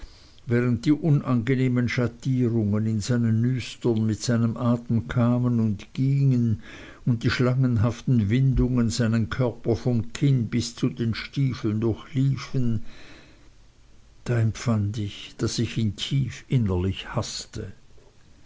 während die unangenehmen schattierungen in seinen nüstern mit seinem atem kamen und gingen und die schlangenhaften windungen seinen körper vom kinn bis zu den stiefeln durchliefen da empfand ich daß ich ihn tief innerlich haßte